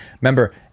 remember